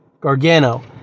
Gargano